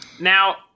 Now